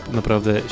naprawdę